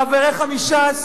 חבריך מש"ס